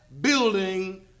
building